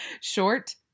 short